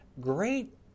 great